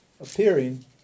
appearing